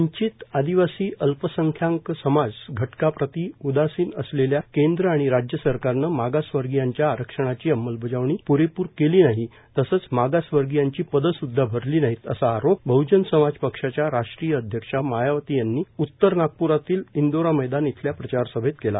वंचित आदिवासी अल्पसंख्यांक समाज घटकाप्रती उदासीन असलेल्या केंद्रांनी राज्य सरकारनं मागासवर्गीयांचे आरक्षणाची अंमलबजावणी प्रेपूर केली नाही तसंच मागासवर्गीयांची पदेस्द्धा भरली नाहीत असा आरोप बहजन समाज पक्षाच्या राष्ट्रीय अध्यक्षा मायावती यांनी उत्तर नागप्रातील इंदोरा मैदान इथल्या प्रचारसभेत केला